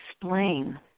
explain